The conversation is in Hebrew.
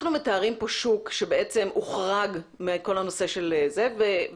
אנחנו מתארים כאן שוק שבעצם הוחרג מכל הנושא וכרגע